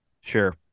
Sure